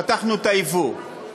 פתחנו את הייבוא,